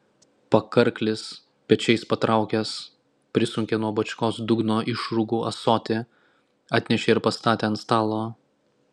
pakarklis pečiais patraukęs prisunkė nuo bačkos dugno išrūgų ąsotį atnešė ir pastatė ant stalo